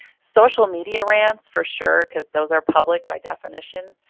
social media rants for sure, because those are public by definition.